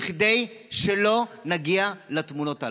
כדי שלא נגיע לתמונות הללו.